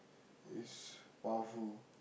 is powerful